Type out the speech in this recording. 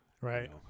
right